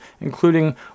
including